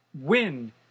win